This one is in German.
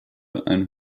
ein